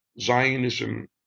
Zionism